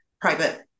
private